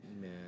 Man